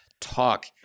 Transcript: talk